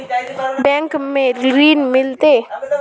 Bank में ऋण मिलते?